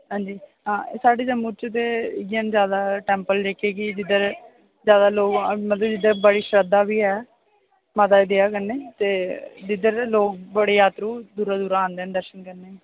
हां जी हां साढ़े जम्मू च ते इयां ने जादा टैंपल जेह्के जिद्धर जादा लोक मतलब जिद्धर बड़ी शरदा बी ऐ माता दी दया कन्नै ते जिद्धर लोक बड़ी जातरू दूरा दूरा आंदे न दर्शन करने गी